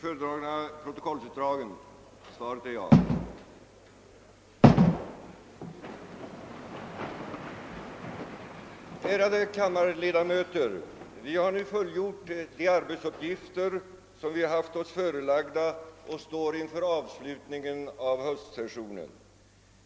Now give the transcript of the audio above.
Ärade kammarledamöter! Vi har nu fullgjort de arbetsuppgifter som vi haft oss förelagda och står inför avslutningen av höstsessionen.